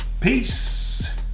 peace